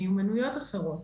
מיומנויות אחרות.